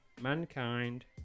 Mankind